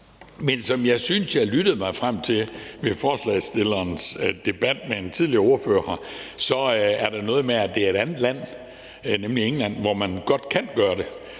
Men som jeg synes jeg lyttede mig frem til ved forslagsstillerens debat med en tidligere ordfører, så er der noget med, at der er et andet land, nemlig England, hvor man godt kan gøre det.